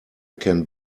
can